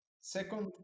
Second